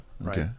Right